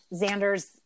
Xander's